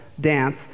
dance